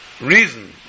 reason